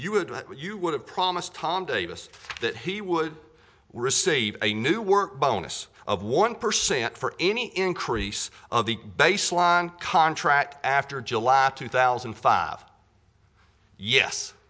what you would have promised tom davis that he would receive a new work bonus of one percent for any increase of the baseline contract after july two thousand and five yes